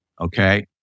Okay